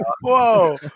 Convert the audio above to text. Whoa